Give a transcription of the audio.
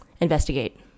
investigate